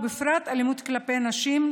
ובפרט אלימות כלפי נשים,